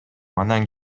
анан